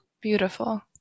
beautiful